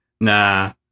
Nah